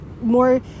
more